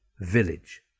village